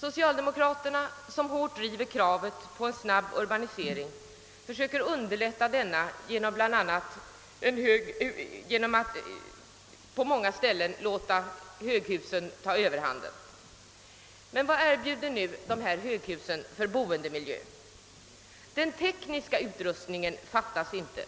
Socialdemokraterna, som hårt drivit kravet på en snabb urbanisering, försöker underlätta denna bl.a. genom att på många platser låta höghusen ta överhand. Men vilken boendemiljö erbjuder dessa höghus? Den tekniska utrustningen fattas inte,